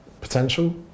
potential